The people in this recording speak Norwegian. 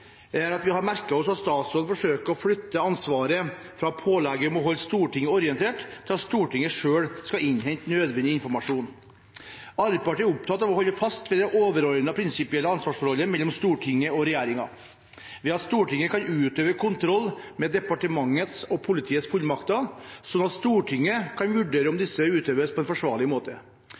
vi har merket oss at statsråden forsøker å flytte ansvaret fra pålegget om å holde Stortinget orientert, til at Stortinget selv skal innhente nødvendig informasjon. Arbeiderpartiet er opptatt av å holde fast ved det overordnede prinsipielle ansvarsforholdet mellom Stortinget og regjeringen, ved at Stortinget kan utøve kontroll med departementets og politiets fullmakter, slik at Stortinget kan vurdere om disse utøves på en forsvarlig måte.